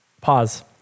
pause